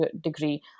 degree